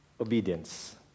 obedience